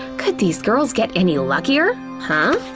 could these girls get any luckier? huh?